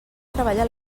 treballa